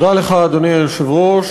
אדוני היושב-ראש,